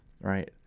right